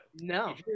No